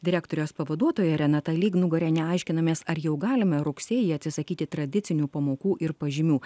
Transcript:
direktorės pavaduotoja renata lygnugariene aiškinamės ar jau galime rugsėjį atsisakyti tradicinių pamokų ir pažymių